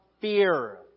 fear